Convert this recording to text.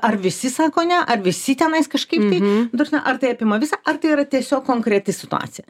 ar visi sako ne ar visi tenais kažkaip tai ta prasme ar tai apima visą ar tai yra tiesiog konkreti situacija